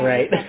Right